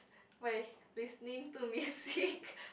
by listening to me speak